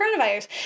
coronavirus